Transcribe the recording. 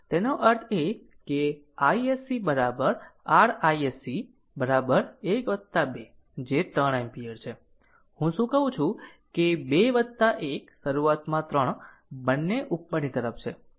તેનો અર્થ એ કે iSC r iSC 1 2 જે 3 એમ્પીયર છે હું શું કહું છું કે 2 1 શરૂઆતમાં 3 બંને ઉપરની તરફ છે